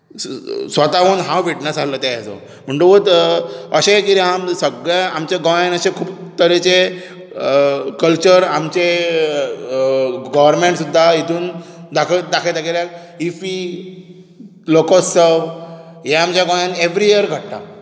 स्वताहून हांव विटनस आसलो त्या हाचो म्हणटकूच अशें कितें आसा सगळ्या आमच्या गोंयांत अशे खूब तरेचे कल्चर आमचे गॉर्मेंट सुद्दा हातूंत दाखयता कित्याक इफी लोकोत्सव ह्या आमच्या गोंयांत एवरी इयर घडटा